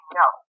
no